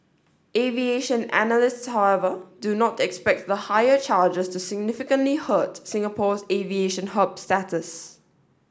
aviation analysts however do not expect the higher charges to significantly hurt Singapore's aviation hub status